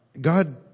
God